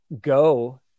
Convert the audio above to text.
go